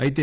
అయితే